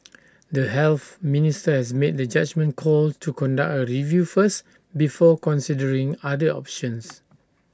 the health minister has made the judgement call to conduct A review first before considering other options